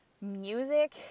Music